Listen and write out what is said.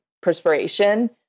perspiration